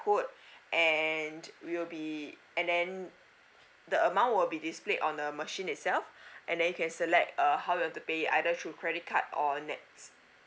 code and we will be and then the amount will be displayed on the machine itself and then you can select err how you want to pay either through credit card or N_E_T